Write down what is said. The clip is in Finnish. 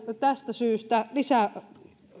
tästä syystä lisää